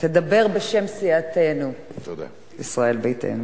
תדבר בשם סיעתנו, ישראל ביתנו.